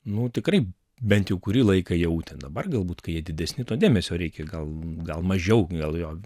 nu tikrai bent jau kurį laiką jautė dabar galbūt kai jie didesni to dėmesio reikia gal gal mažiau gal jo